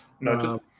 No